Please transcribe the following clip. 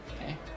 Okay